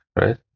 right